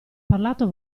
parlato